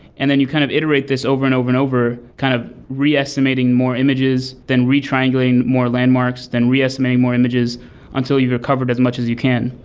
and then you kind of iterate this over and over and over kind of re-estimating more images, then re-triangulating more landmarks, then re-estimating more images until you've recovered as much as can.